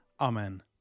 Amen